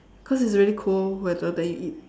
cause it's a really cold weather then you eat